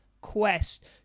Quest